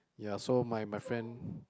ya so my my friend